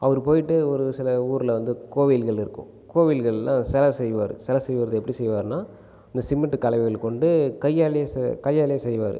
அவர் போய்விட்டு ஒரு சில ஊரில் வந்து கோவில்கள் இருக்கும் கோவில்களில் சிலை செய்வார் சிலை செய்கிறது எப்படி செய்வாருன்னால் இந்த சிமெண்ட் கலவைகளை கொண்டு கையாலே கையாலே செய்வார்